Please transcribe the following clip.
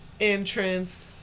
Entrance